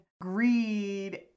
greed